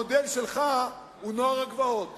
המודל שלך הוא נוער הגבעות.